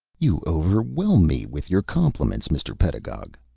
you overwhelm me with your compliments, mr. pedagog,